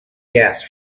gas